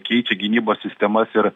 keičia gynybos sistemas ir